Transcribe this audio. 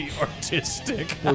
artistic